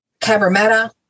Cabramatta